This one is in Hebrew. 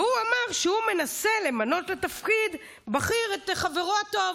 הוא אמר שהוא מנסה למנות לתפקיד בכיר את חברו הטוב,